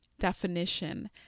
definition